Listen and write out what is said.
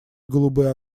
голубые